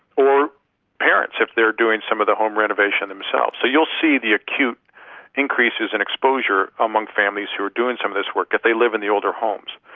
or parents, if they're doing some of the home renovation themselves. so you'll see the acute increases in exposure among families who are doing some of this work if they live in the older homes.